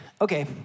okay